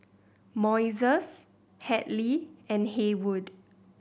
Moises Hadley and Haywood